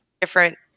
different